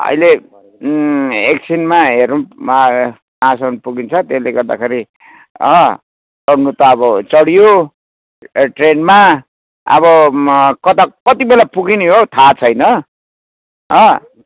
अहिले एकछिनमा हेरौँ कहाँसम्म पुग्छिन्छ त्यसले गर्दाखेरि चढ्नु त अब चढियो ट्रेनमा अब कता कति बेला पुगिने हो थाह छैन अँ